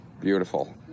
Beautiful